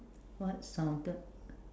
what sounded